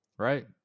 right